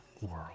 world